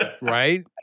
right